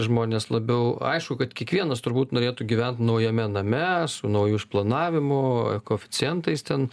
žmonės labiau aišku kad kiekvienas turbūt norėtų gyvent naujame name su nauju išplanavimu koeficientais ten